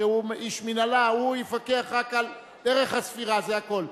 שהוא איש מינהלה, יפקח רק על דרך הספירה, זה הכול.